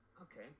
Okay